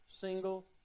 single